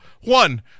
One